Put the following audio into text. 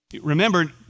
remember